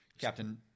Captain